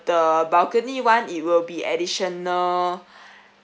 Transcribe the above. the balcony [one] it will be additional